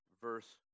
Verse